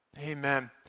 Amen